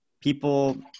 people